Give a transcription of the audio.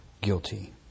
guilty